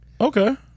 Okay